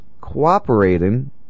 cooperating